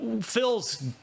Phil's